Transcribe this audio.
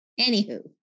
Anywho